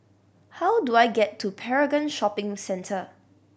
how do I get to Paragon Shopping Centre